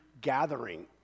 gathering